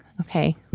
Okay